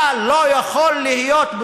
אתה לא יכול להיות,